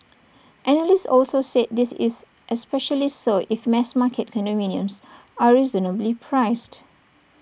analysts also said this is especially so if mass market condominiums are reasonably priced